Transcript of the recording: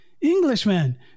Englishman